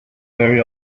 very